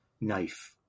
knife